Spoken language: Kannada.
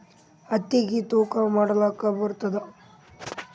ಹತ್ತಿಗಿ ತೂಕಾ ಮಾಡಲಾಕ ಬರತ್ತಾದಾ?